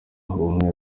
ubumwe